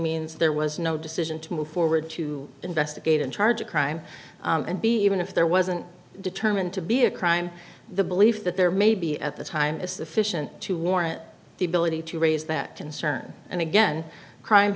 means there was no decision to move forward to investigate and charge a crime and b even if there wasn't determined to be a crime the belief that there may be at the time is sufficient to warrant the ability to raise that concern and again crime